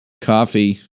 coffee